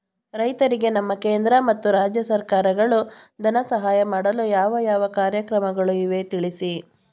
ರೈತರಿಗೆ ನಮ್ಮ ಕೇಂದ್ರ ಮತ್ತು ರಾಜ್ಯ ಸರ್ಕಾರಗಳು ಧನ ಸಹಾಯ ಮಾಡಲು ಯಾವ ಯಾವ ಕಾರ್ಯಕ್ರಮಗಳು ಇವೆ ತಿಳಿಸಿ?